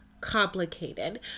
Complicated